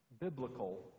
biblical